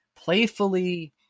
playfully